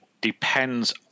depends